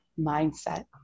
mindset